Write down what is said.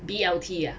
B_L_T ah